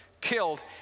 killed